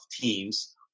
teams